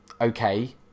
okay